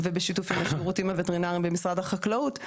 ובשיתוף עם השירותים הווטרינריים במשרד החקלאות.